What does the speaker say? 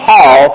Paul